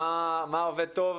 מה עובד טוב,